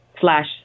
slash